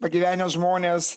pagyvenę žmonės